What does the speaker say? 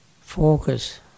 focus